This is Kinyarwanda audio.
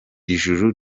ijuru